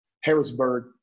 Harrisburg